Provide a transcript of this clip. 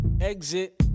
Exit